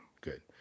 Good